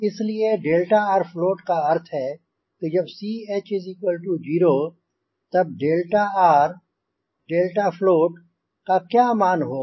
इसलिए float का अर्थ है कि जब Ch0 तब 𝛿r 𝛿float का क्या मान होगा